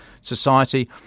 society